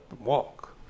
walk